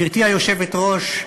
גברתי היושבת-ראש,